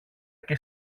και